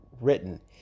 written